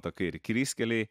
takai ir klystkeliai